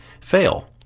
fail